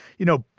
you know,